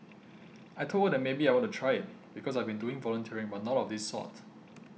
I told her that maybe I want to try it because I've been doing volunteering but not of this sort